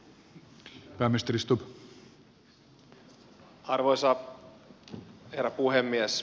arvoisa herra puhemies